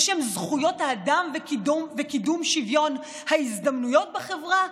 בשם זכויות האדם וקידום שוויון ההזדמנויות בחברה?